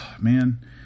Man